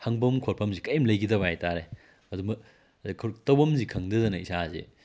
ꯍꯪꯐꯝ ꯈꯣꯠꯐꯝꯁꯤ ꯀꯔꯤꯝ ꯂꯩꯈꯤꯗꯕ ꯍꯥꯏꯇꯥꯔꯦ ꯇꯧꯐꯝꯁꯤ ꯈꯪꯗꯗꯅ ꯏꯁꯥꯁꯤ